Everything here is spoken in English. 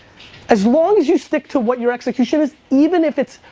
as long as you stick to what your execution is even if it's,